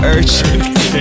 Urgent